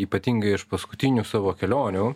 ypatingai iš paskutinių savo kelionių